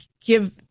give